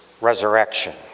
resurrection